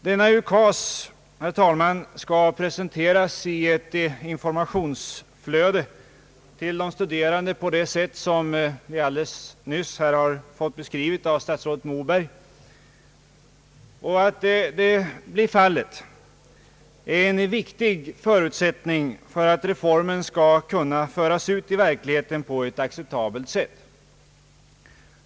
Denna ukas, herr talman, skall presenteras för de studerande i ett informationsflöde på det sätt som statsrå det Moberg alldeles nyss beskrivit. Att det blir fallet är en viktig förutsättning för att reformen skall kunna föras ut i verkligheten på ett acceptabelt sätt.